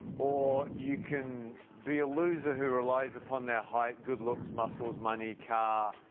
or you can be a loser who relies upon their height, good looks, muscles, money car,